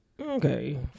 Okay